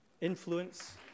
influence